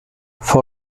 fue